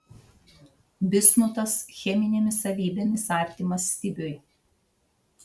bismutas cheminėmis savybėmis artimas stibiui